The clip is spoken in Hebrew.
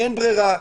אין בררה.